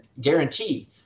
guarantee